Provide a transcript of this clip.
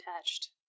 attached